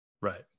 Right